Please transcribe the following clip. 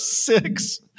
Six